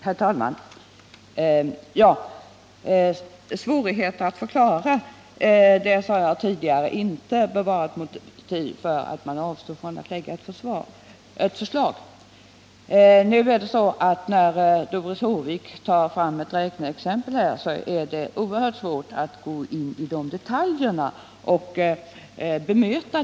Herr talman! Svårigheterna att förklara ett förslag, det sade jag tidigare, bör inte vara ett motiv för att avstå från att lägga fram ett förslag. Doris Håvik tog ett räkneexempel, vilket är oerhört svårt att i detalj gå in på och bemöta.